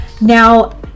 Now